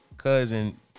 cousin